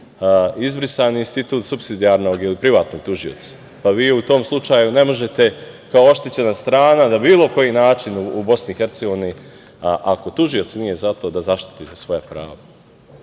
izbrisan institut subsidijarnog ili privatnog tužioca, pa vi u tom slučaju ne možete kao oštećena strana na bilo koji način u BiH, ako tužioc nije za to, da zaštite svoja prava.